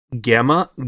Gamma